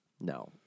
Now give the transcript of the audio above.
No